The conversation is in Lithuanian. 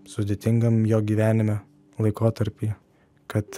sudėtingam jo gyvenime laikotarpyje kad